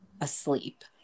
asleep